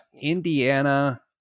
Indiana